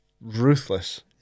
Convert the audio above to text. ruthless